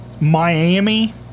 Miami